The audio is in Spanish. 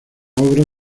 obras